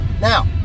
Now